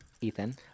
Ethan